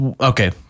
Okay